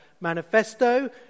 manifesto